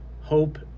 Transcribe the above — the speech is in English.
hope